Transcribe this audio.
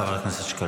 חבר הכנסת.